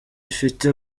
ifite